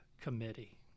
committee